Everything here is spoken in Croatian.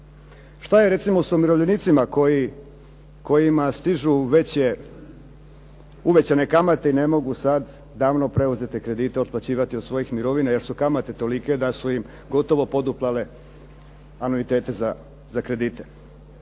Šta je recimo sa umirovljenicima kojima stižu veće, uvećane kamate i ne mogu sad davno preuzete kredite otplaćivati od svojih mirovina, jer su kamate tolike da su im gotovo poduplale anuitete za kredite.